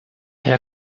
herr